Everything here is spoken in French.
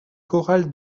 corral